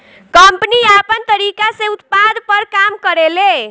company आपन तरीका से उत्पाद पर काम करेले